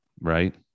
right